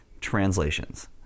translations